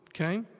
okay